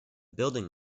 building